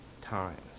times